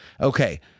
okay